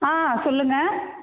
ஆ சொல்லுங்கள்